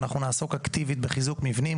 אנחנו נעסוק אקטיבית בחיזוק מבנים.